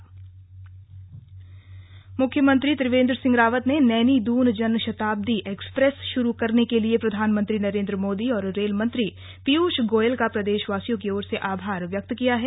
आभार मुख्यमंत्री त्रिवेन्द्र सिंह रावत ने नैनी दून जनशताब्दी एक्सप्रेस शुरू करने के लिए प्रधानमंत्री नरेंद्र मोदी और रेल मंत्री पीयूष गोयल का प्रदेशवासियों की ओर से आभार व्यक्त किया है